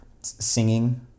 singing